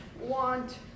want